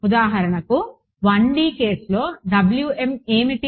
ఉదాహరణకు 1 D కేసులో ఏమిటి